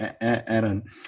Aaron